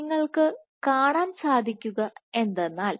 നിങ്ങൾക്ക് കാണാൻ സാധിക്കുക എന്തെന്നാൽ